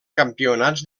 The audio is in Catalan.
campionats